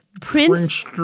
Prince